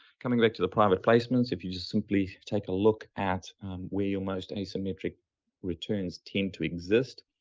coming back to the private placements, if you just simply take a look at where your most asymmetric returns tend to exist,